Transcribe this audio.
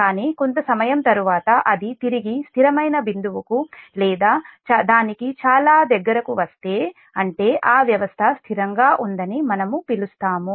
కానీ కొంత సమయం తరువాత అది తిరిగి స్థిరమైన బిందువుకు లేదా దానికి చాలా దగ్గరగా వస్తే అంటే ఆ వ్యవస్థ స్థిరంగా ఉందని మనము పిలుస్తాము